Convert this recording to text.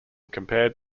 compared